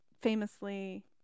famously